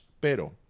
pero